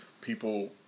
people